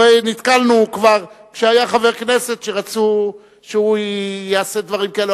נתקלנו כבר שהיה חבר כנסת שרצו שהוא יעשה דברים כאלה